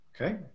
Okay